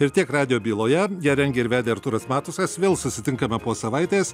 ir tiek radijo byloje ją rengė ir vedė artūras matusas vėl susitinkame po savaitės